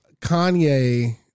Kanye